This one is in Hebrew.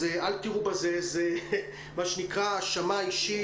אין כאן האשמה אישית.